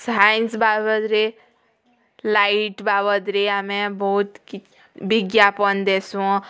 science ବାବଦରେ light ବାବଦରେ ଆମେ ବହୁତ୍ କିଛି ବିଜ୍ଞାପନ୍ ଦେସୁଁ